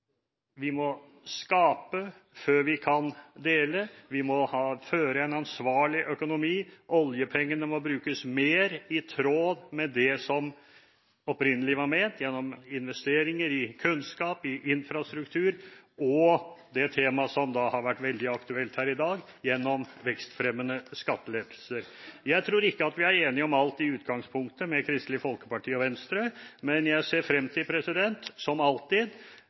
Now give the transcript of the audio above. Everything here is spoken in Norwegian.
vi må skape før vi kan dele, vi må ha en ansvarlig økonomi, oljepengene må brukes mer i tråd med det som opprinnelig var ment, gjennom investeringer i kunnskap og i infrastruktur, og det temaet som har vært veldig aktuelt her i dag, gjennom vekstfremmende skattelettelser. Jeg tror ikke at vi er enige om alt i utgangspunktet med Kristelig Folkeparti og Venstre, men jeg ser frem til – som alltid